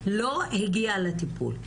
לא הגיע לטיפול.